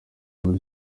muri